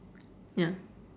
ya